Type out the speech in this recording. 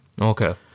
okay